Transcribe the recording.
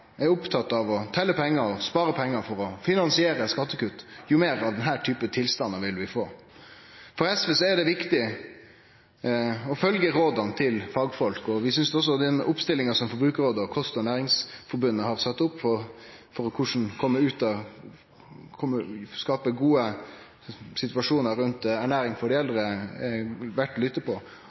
er opptatt av å telle og spare pengar for å finansiere skattekutt, jo meir av denne typen tilstandar vil vi få. For SV er det viktig å følgje råda til fagfolk, og vi synest den oppstillinga som Forbrukarrådet og Kost- og ernæringsforbundet har sett opp for korleis ein skal skape gode situasjonar rundt ernæring for dei eldre, er verdt å sjå på.